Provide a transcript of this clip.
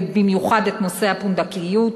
ובמיוחד את נושא הפונדקאות,